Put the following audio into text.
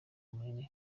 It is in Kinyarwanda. munini